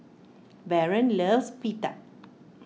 Baron loves Pita